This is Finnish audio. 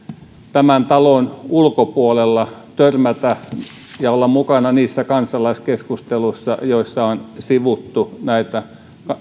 tämän talon ulkopuolella törmätä ja olla mukana niissä kansalaiskeskusteluissa joissa on sivuttu näitä